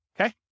okay